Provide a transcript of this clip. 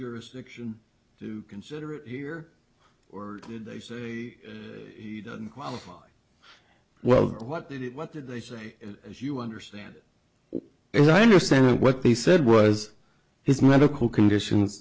jurisdiction to consider here or did they say he didn't qualify well what they did what did they say as you understand it i understand what they said was his medical conditions